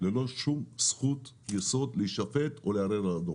ללא שום זכות יסוד להישפט או לערער על הדוח.